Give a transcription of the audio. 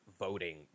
voting